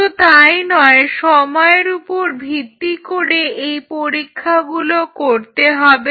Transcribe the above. শুধু তাই নয় সময়ের উপর ভিত্তি করে এই পরীক্ষাগুলো করতে হবে